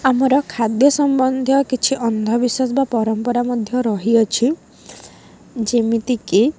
ଆମର ଖାଦ୍ୟ ସମ୍ବନ୍ଧୀୟ କିଛି ଅନ୍ଧବିଶ୍ୱାସ ବା ପରମ୍ପରା ମଧ୍ୟ ରହିଅଛି ଯେମିତିକି